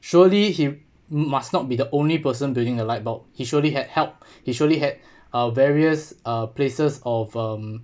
surely he must not be the only person building the light bulb he surely had helped he surely had uh various uh places of um